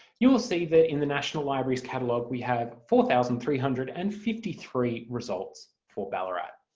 you will see that in the national library's catalogue we have four thousand three hundred and fifty three results for ballarat.